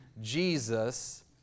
Jesus